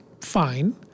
fine